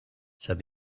said